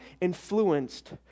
influenced